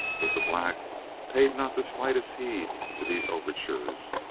but the black paid not the slightest heed to these overtures.